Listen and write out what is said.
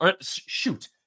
Shoot